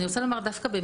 החברות.